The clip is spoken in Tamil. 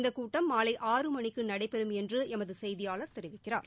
இந்த கூட்டம் மாலை ஆறு மணிக்கு நடைபெறும் என்று எமது செய்தியாளர் தெரிவிக்கிறார்